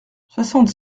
soixante